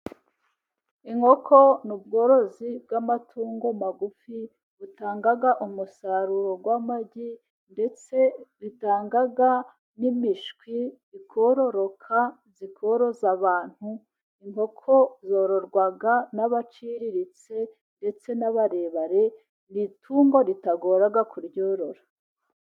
Inkoko n'ubworozi bw'amatungo magufi, butanga umusaruro w'amagi ndetse bitanga n'imishwi, ukororoka zikoroza abantu, inkoko zororwa n'abaciriritse ndetse n'abarebare, ni itungo ritagora kuryorora.